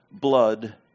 blood